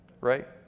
right